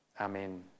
Amen